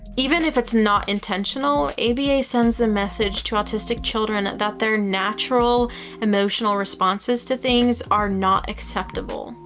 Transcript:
even if it's not intentional, aba sends the message to autistic children that their natural emotional responses to things are not acceptable.